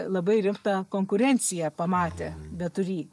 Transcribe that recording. labai rimtą konkurenciją pamatė beturį